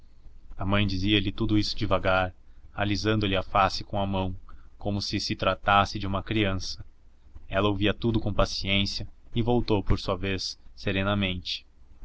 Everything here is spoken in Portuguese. a mãe dizia-lhe tudo isso devagar alisando lhe a face com a mão como se se tratasse de uma criança ela ouvia tudo com paciência e voltou por sua vez serenamente